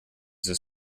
this